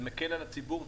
זה מקל על הציבור,